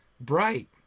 bright